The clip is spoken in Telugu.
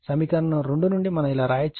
సమీకరణం 2 నుండి మనం ఇలా వ్రాయవచ్చు